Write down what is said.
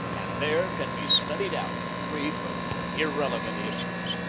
and there can be studied out, free from irrelevant issues.